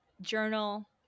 journal